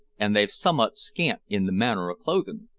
and they're summat scant in the matter of clothin'.